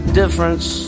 difference